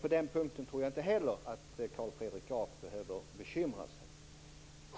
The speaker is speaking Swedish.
På den punkten tror jag inte heller att Carl Fredrik Graf behöver bekymra sig.